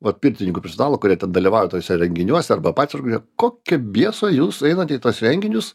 vat pirtininkų prie stalo kurie dalyvavo tuose renginiuos arba patys organi kokio bieso jūs einat į tuos renginius